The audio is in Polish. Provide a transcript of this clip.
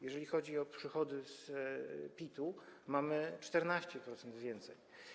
Jeżeli chodzi o przychody z PIT-u, mamy 14% więcej.